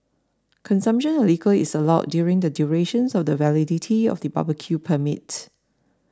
consumption of liquor is allowed during the duration of the validity of the barbecue permit